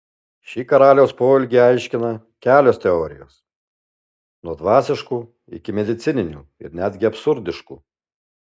šį karaliaus poelgį aiškina kelios teorijos nuo dvasiškų iki medicininių ir netgi absurdiškų